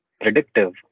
predictive